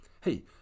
Hey